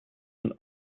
een